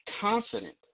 confident